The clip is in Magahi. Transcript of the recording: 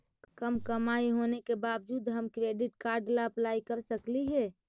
कम कमाई होने के बाबजूद हम क्रेडिट कार्ड ला अप्लाई कर सकली हे?